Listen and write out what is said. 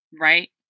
right